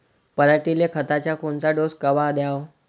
पऱ्हाटीले खताचा कोनचा डोस कवा द्याव?